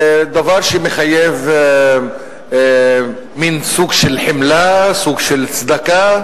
כדבר שמחייב מין סוג של חמלה, סוג של צדקה.